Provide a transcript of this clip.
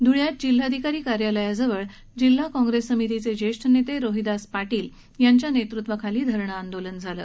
धुळ्यात जिल्हाधिकारी कार्यालयाजवळ जिल्हा काँग्रेस समितीचे जेष्ठ नेते रोहिदास पारील यांच्या नेतृत्वाखाली धरण आंदोलन झालं